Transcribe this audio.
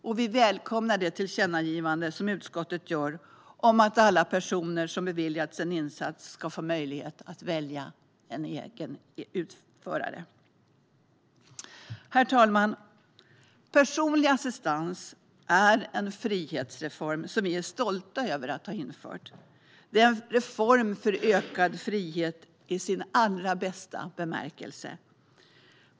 Och vi välkomnar det tillkännagivande som utskottet gör om att alla personer som har beviljats en insats ska få möjlighet att själva välja utförare. Herr talman! Personlig assistans är en frihetsreform som vi är stolta över att ha infört. Det är en reform för ökad frihet i dess allra bästa bemärkelse.